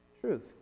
truth